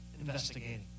investigating